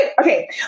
Okay